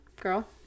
girl